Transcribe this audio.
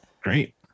great